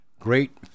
great